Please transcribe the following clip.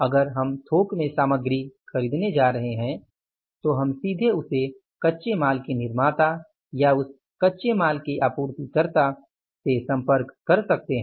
अगर हम थोक में सामग्री खरीदने जा रहे हैं तो हम सीधे उस कच्चे माल के निर्माता या उस कच्चे माल के आपूर्तिकर्ता से संपर्क कर सकते हैं